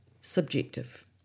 subjective